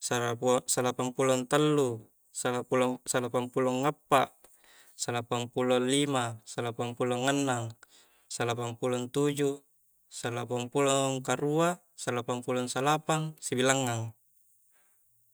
salapang pulo tallu, salapang pulo appa, salapang pulo lima, salapang pulo annang, salapang pulo tuju, salapang pulo karua, salapang pulo salapang, sibilangngang.